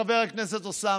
חבר הכנסת אוסאמה?